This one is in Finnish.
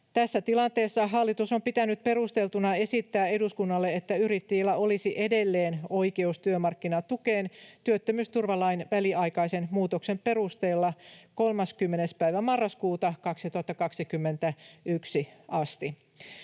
Tässä tilanteessa hallitus on pitänyt perusteltuna esittää eduskunnalle, että yrittäjillä olisi edelleen oikeus työmarkkinatukeen työttömyysturvalain väliaikaisen muutoksen perusteella 30. päivä marraskuuta 2021 asti.